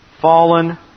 fallen